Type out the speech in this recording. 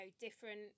different